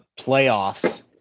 playoffs